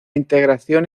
integración